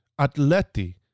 atleti